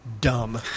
dumb